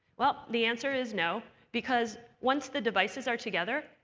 well, the answer is no. because once the devices are together,